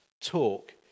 talk